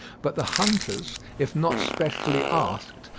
but the hunters, if not specially asked,